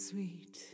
Sweet